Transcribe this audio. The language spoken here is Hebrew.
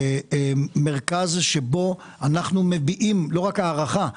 מרכז שבו אנחנו מביעים לא רק ההערכה,